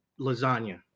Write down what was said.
lasagna